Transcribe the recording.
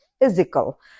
physical